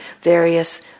various